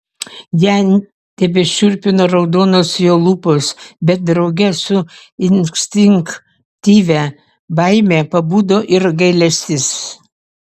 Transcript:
ją tebešiurpino raudonos jo lūpos bet drauge su instinktyvia baime pabudo ir gailestis